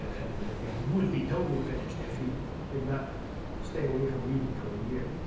and that they would be totally finished if he did not stay away from reading for a year.